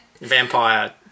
vampire